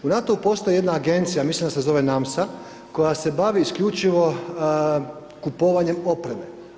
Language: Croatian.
U NATO postoji jedna agencija, mislim da se zove NAMSA koja se bavi isključivo kupovanjem opreme.